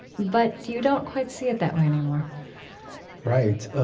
but you don't quite see it that way anymore right.